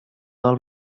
del